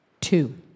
Two